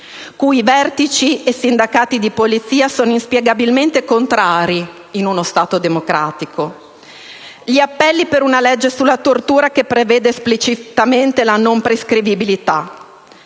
cui i vertici e i sindacati di polizia sono inspiegabilmente contrari in uno Stato democratico; malgrado gli appelli per una legge sulla tortura, che preveda esplicitamente la non prescrivibilità;